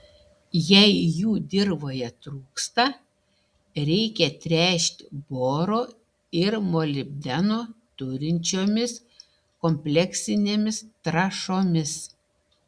jei jų dirvoje trūksta reikia tręšti boro ir molibdeno turinčiomis kompleksinėmis trąšomis